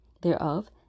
thereof